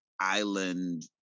island